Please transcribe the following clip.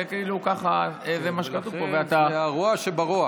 זה מה שכתוב פה, ואתה, ולכן זה הרוע שברוע.